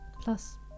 Plus